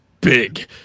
big